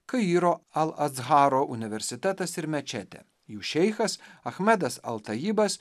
kairo al atsharo universitetas ir mečetė jų šeichas achmedas altaibas